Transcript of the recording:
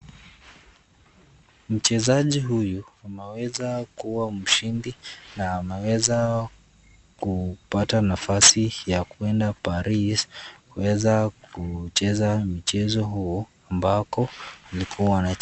Mchezaji huyu ameweza kuwa mshindi na ameweza kupata nafasi ya kwenda Paris kuweza kucheza mchezo huo ambako alikuwa anacheza.